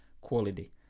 quality